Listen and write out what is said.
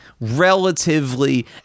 relatively